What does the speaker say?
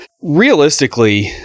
Realistically